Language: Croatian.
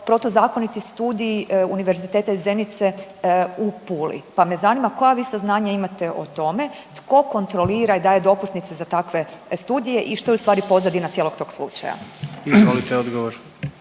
protuzakoniti studij Univerziteta iz Zenice u Puli, pa me zanima koja vi saznanja imate o tome, tko kontrolira i daje dopusnice za takve studije i što je u stvari pozadina cijelog tog slučaja. **Jandroković,